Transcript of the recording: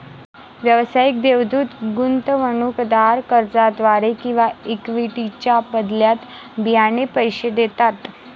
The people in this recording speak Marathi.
व्यावसायिक देवदूत गुंतवणूकदार कर्जाद्वारे किंवा इक्विटीच्या बदल्यात बियाणे पैसे देतात